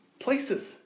places